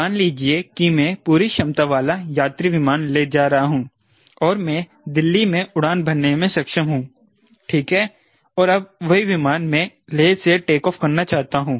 मान लीजिए कि मैं पूरी क्षमता वाला यात्री विमान ले जा रहा हूं और मैं दिल्ली में उड़ान भरने में सक्षम हूं ठीक है और अब वही विमान मैं लेह से टेक ऑफ करना चाहता हूं